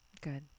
Good